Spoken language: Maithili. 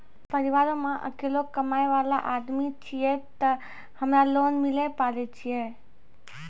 परिवारों मे अकेलो कमाई वाला आदमी छियै ते हमरा लोन मिले पारे छियै?